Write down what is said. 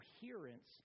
coherence